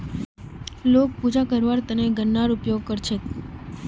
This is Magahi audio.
लोग पूजा करवार त न गननार उपयोग कर छेक